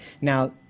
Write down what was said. Now